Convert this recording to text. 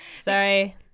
Sorry